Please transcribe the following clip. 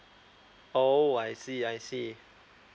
oh I see I see